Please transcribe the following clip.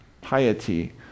piety